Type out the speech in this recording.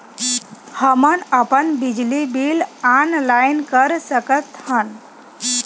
हमन अपन बिजली बिल ऑनलाइन कर सकत हन?